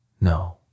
No